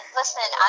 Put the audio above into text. listen